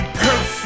perfect